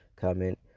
comment